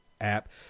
app